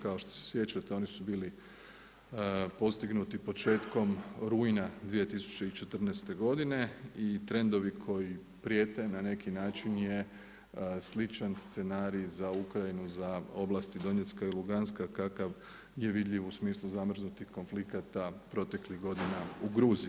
Kao što se sjećate oni su bili postignuti početkom rujna 2014. godine i trendovi koji prijete na neki način je sličan scenarij za Ukrajinu za oblasti Donjecka i Luhanska kakav je vidljiv u smislu zamrznutih konflikata proteklih godina u Gruziji.